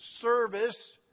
service